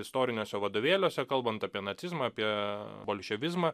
istoriniuose vadovėliuose kalbant apie nacizmą apie bolševizmą